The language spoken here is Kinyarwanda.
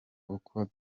uko